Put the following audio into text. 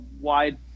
wide